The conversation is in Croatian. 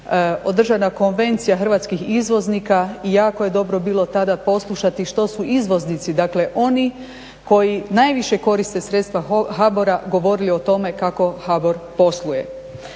održana Konvencija hrvatskih izvoznika i jako je dobro bilo tada poslušati što su izvoznici dakle oni koji najviše koriste sredstva HBOR-a govorili o tome kako HBOR posluje.